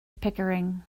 pickering